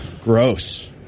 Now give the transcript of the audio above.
Gross